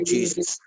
Jesus